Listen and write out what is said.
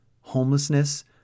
homelessness